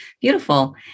Beautiful